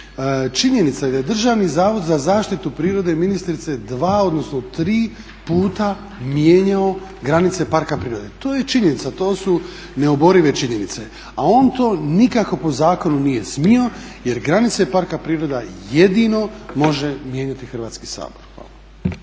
Činjenica je da Državni zavod za zaštitu prirode dva odnosno tri puta mijenjao granice parka prirode, to je činjenica, to su neoborive činjenice, a on to nikako po zakonu nije smio jer granice parka prirode jedino može mijenjati Hrvatski sabor.